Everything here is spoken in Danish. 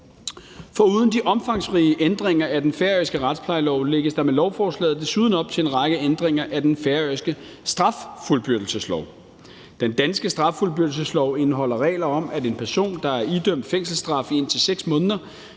Foruden de omfangsrige ændringer af den færøske retsplejelov lægges der med lovforslaget desuden op til en række ændringer af den færøske straffuldbyrdelseslov. Den danske straffuldbyrdelseslov indeholder regler om, at en person, der er idømt en fængselsstraf i indtil 6 måneder,